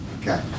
Okay